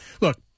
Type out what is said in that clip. look